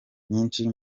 nyinshi